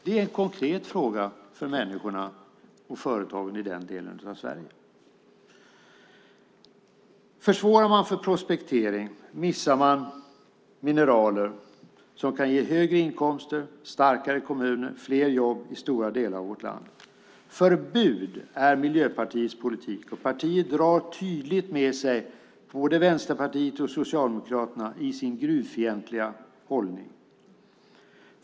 Det är en konkret fråga för människorna och företagen i den delen av Sverige. Försvårar man för prospektering missar man mineraler som kan ge högre inkomster, starkare kommuner och fler jobb i stora delar av vårt land. Förbud är Miljöpartiets politik, och partiet drar tydligt med sig både Vänsterpartiet och Socialdemokraterna i sin gruvfientliga hållning.